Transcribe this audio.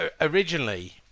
originally